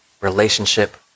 relationship